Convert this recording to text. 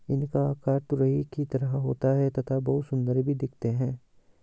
इनका आकार तुरही की तरह होता है तथा बहुत सुंदर भी दिखते है